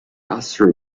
astro